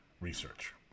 research